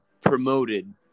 promoted